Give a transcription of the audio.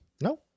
No